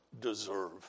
deserve